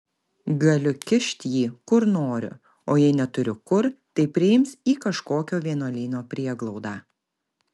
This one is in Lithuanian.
galiu kišt jį kur noriu o jei neturiu kur tai priims į kažkokio vienuolyno prieglaudą